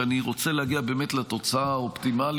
כי אני באמת רוצה להגיע לתוצאה האופטימלית.